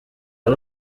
ari